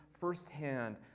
firsthand